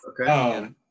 okay